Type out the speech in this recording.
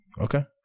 Okay